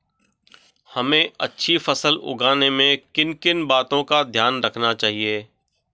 हमें अच्छी फसल उगाने में किन किन बातों का ध्यान रखना चाहिए?